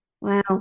wow